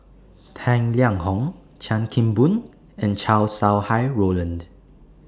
Tang Liang Hong Chan Kim Boon and Chow Sau Hai Roland